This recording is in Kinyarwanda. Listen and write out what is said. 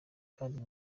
kandi